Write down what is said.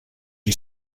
you